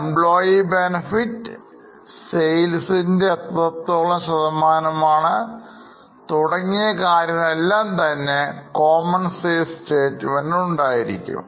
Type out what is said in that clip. employee benefit sales നിൻറെ എത്രത്തോളം ശതമാനമാണ് തുടങ്ങിയ കാര്യങ്ങൾഎല്ലാം തന്നെ കോമൺ Size statement ൽഉണ്ടായിരിക്കും